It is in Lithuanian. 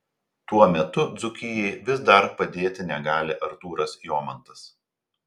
tuo metu dzūkijai vis dar padėti negali artūras jomantas